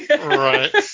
Right